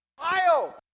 Ohio